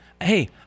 Hey